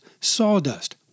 sawdust